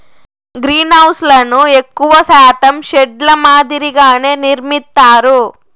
గ్రీన్హౌస్లను ఎక్కువ శాతం షెడ్ ల మాదిరిగానే నిర్మిత్తారు